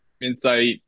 insight